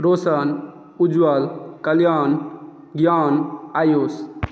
Raushan Ujjwal Kalyan Gyan Ayush